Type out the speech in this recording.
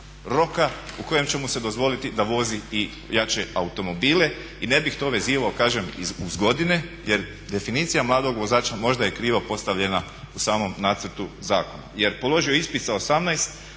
roka u kojem će mu se dozvoliti da vozi i jače automobile. I ne bih to vezivao kažem uz godine jer definicija mladog vozača možda je krivo postavljena u samom nacrtu zakona, jer položio ispit sa 18,